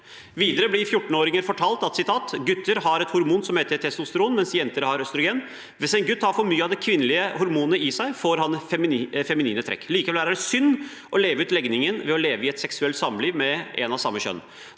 Videre blir 14-åringer fortalt følgende: «Gutter har et hormon som heter testosteron, mens jenter har østrogen. Hvis en gutt har for mye av det kvinnelige hormonet i seg, får han feminine trekk. (…) Likevel er det synd å leve ut legningen ved å leve i et seksuelt samliv med en av samme kjønn.